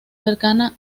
cercana